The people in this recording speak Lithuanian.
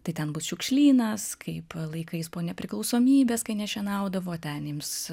tai ten bus šiukšlynas kaip laikais po nepriklausomybės kai nešienaudavo ten ims